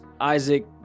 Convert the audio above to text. Isaac